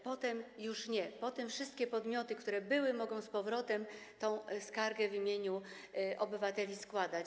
Potem już nie, potem wszystkie podmioty, które były, mogą z powrotem tę skargę w imieniu obywateli składać.